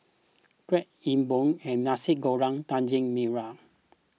Kuih E Bua and Nasi Goreng Daging Merah